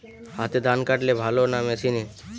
হাতে ধান কাটলে ভালো না মেশিনে?